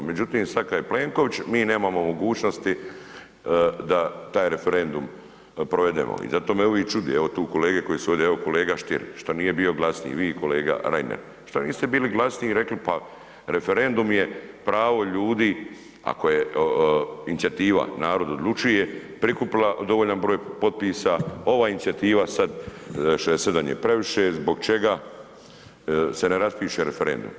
Međutim, sad kad je Plenković mi nemamo mogućnosti da taj referendum provedemo i zato me uvik čudi, evo tu kolege koji su ovdje, evo kolega Stier što nije bio glasniji, vi kolega Reiner što niste bili glasniji i rekli pa referendum je pravo ljudi ako je Inicijativa narod odlučuje prikupila dovoljan broj potpisa, ova inicijativa sad 67 je previše, zbog čega se ne raspiše referendum?